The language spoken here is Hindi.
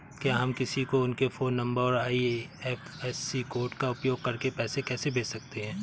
क्या हम किसी को उनके फोन नंबर और आई.एफ.एस.सी कोड का उपयोग करके पैसे कैसे भेज सकते हैं?